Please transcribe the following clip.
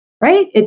right